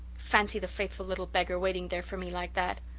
fancy the faithful little beggar waiting there for me like that!